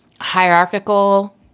hierarchical